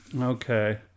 Okay